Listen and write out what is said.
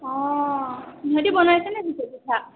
অঁ সিহঁতি বনাইছে নে পিছে পিঠা